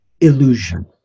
illusion